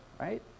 right